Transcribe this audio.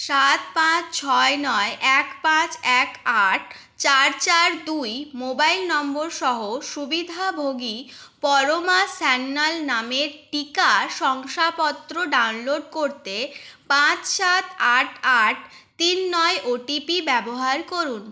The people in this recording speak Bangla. সাত পাঁচ ছয় নয় এক পাঁচ এক আট চার চার দুই মোবাইল নম্বর সহ সুবিধাভোগী পরমা সান্যাল নামের টিকা শংসাপত্র ডাউনলোড করতে পাঁচ সাত আট আট তিন নয় ওটিপি ব্যবহার করুন